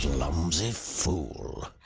clumsy fool!